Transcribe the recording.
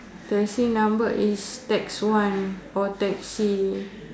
taxi number is tax one or taxi